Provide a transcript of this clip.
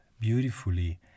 beautifully